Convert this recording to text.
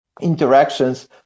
interactions